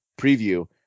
preview